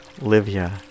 Livia